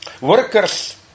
Workers